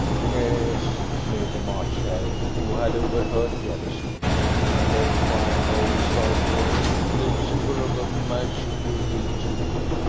yes, sneered the march hare, who had overheard, jealously and a fine old sulphur-headed lucifer of a match it will be too.